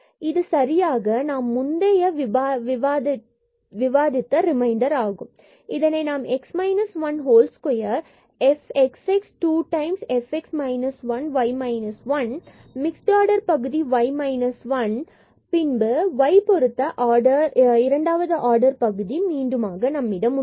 இது சரியாக நாம் முந்தைய விவாதித்த ரிமைண்டர் ஆகும் இதனை நாம் இந்த x minus 1 whole square f xx 2 times f x minus 1 y minus 1 mixed order பகுதி y minus 1 i square பின்பு y பொருத்த இரண்டாவது ஆர்டர் பகுதி மீண்டுமாக நம்மிடம் உள்ளது